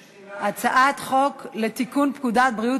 אנחנו עוברים להצעת חוק לתיקון פקודת בריאות